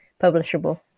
publishable